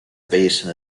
basin